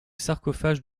sarcophage